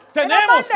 tenemos